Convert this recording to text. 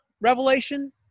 revelation